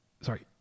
Sorry